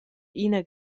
ina